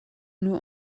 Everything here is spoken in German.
nur